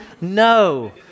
no